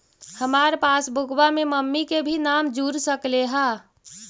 हमार पासबुकवा में मम्मी के भी नाम जुर सकलेहा?